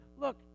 look